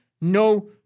no